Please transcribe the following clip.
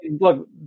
look